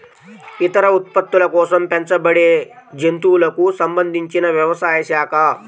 ఇతర ఉత్పత్తుల కోసం పెంచబడేజంతువులకు సంబంధించినవ్యవసాయ శాఖ